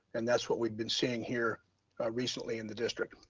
and that's what we've been seeing here recently in the district.